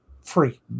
Free